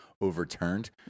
overturned